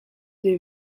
des